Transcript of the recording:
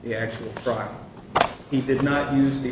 the actual trial he did not use the